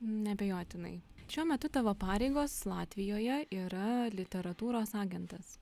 neabejotinai šiuo metu tavo pareigos latvijoje yra literatūros agentas